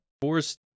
Forest